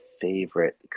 favorite